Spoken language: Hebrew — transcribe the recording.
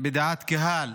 בדעת הקהל.